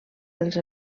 dels